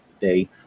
day